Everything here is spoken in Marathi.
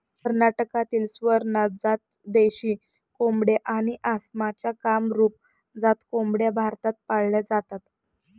कर्नाटकातील स्वरनाथ जात देशी कोंबड्या आणि आसामच्या कामरूप जात कोंबड्या भारतात पाळल्या जातात